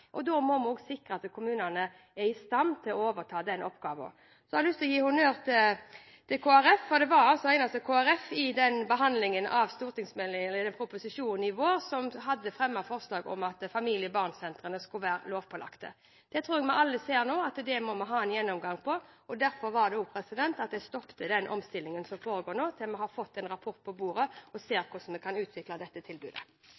barnevern. Da må vi også sikre at kommunene er i stand til å overta den oppgaven. Jeg har lyst til å gi honnør til Kristelig Folkeparti, for det var kun de som hadde fremmet forslag under behandlingen av proposisjonen i vår om at familie/barn-sentrene skulle være lovpålagt. Jeg tror vi alle nå ser at vi må ha en gjennomgang av dette. Derfor stoppet jeg omstillingen som nå foregår, til vi får rapporten på bordet og ser hvordan vi kan utvikle tilbudet.